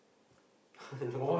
I don't know lah